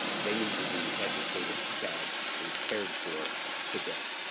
they need to be educated, fed and cared for today.